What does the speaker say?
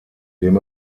dem